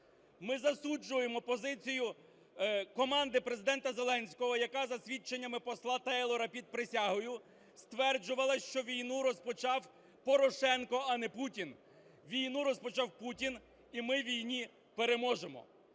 Ми засуджуємо позицію команди Президента Зеленського, яка, за свідченнями посла Тейлора під присягою, стверджувала, що війну розпочав Порошенко, а не Путін. Війну розпочав Путін, і ми в війні переможемо.